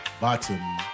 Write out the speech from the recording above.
bottom